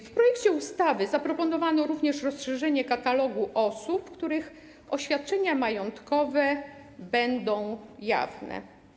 W projekcie ustawy zaproponowano również rozszerzenie katalogu osób, których oświadczenia majątkowe będą jawne.